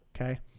Okay